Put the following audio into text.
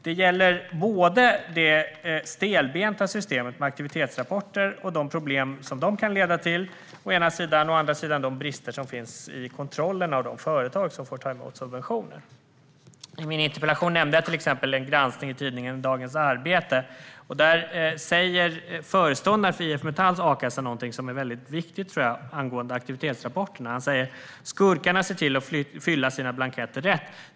Det gäller å ena sidan det stelbenta systemet med aktivitetsrapporter och de problem som det kan leda till och å andra sidan de brister som finns i kontrollen av de företag som får ta emot subventioner. I min interpellation nämnde jag som exempel en granskning i tidningen Dagens Arbete. Där säger föreståndaren för IF Metalls a-kassa någonting angående aktivitetsrapporter som är väldigt viktigt. Han säger: "Skurkarna ser till att fylla i sina blanketter rätt.